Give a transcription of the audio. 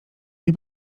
nie